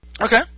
Okay